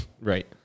Right